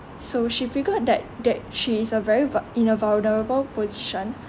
so she figured that that she is a very vul~ in a vulnerable position